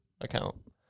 account